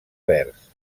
vers